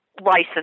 license